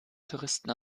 touristen